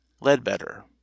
Ledbetter